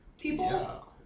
people